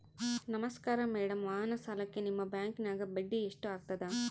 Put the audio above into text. ನಮಸ್ಕಾರ ಮೇಡಂ ವಾಹನ ಸಾಲಕ್ಕೆ ನಿಮ್ಮ ಬ್ಯಾಂಕಿನ್ಯಾಗ ಬಡ್ಡಿ ಎಷ್ಟು ಆಗ್ತದ?